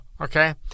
okay